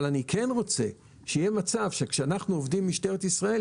אבל אני כן רוצה שיהיה מצב שכשאנחנו עובדים עם משטרת ישראל,